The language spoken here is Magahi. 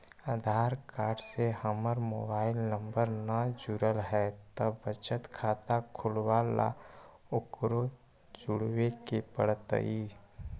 आधार कार्ड से हमर मोबाइल नंबर न जुरल है त बचत खाता खुलवा ला उकरो जुड़बे के पड़तई?